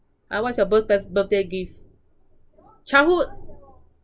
!huh! what's your birth~ birthday gift childhood